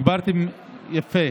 הגברתם יפה.